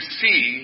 see